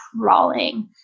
crawling